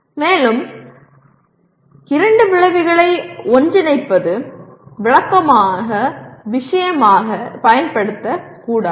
மேலும் நாம் எங்கே இரண்டு விளைவுகளை ஒன்றிணைப்பது வழக்கமான விஷயமாக பயன்படுத்தப்படக்கூடாது